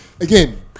again